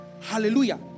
Hallelujah